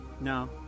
No